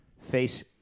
Face